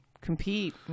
compete